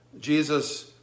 Jesus